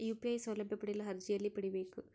UPI ಸೌಲಭ್ಯ ಪಡೆಯಲು ಅರ್ಜಿ ಎಲ್ಲಿ ಪಡಿಬೇಕು?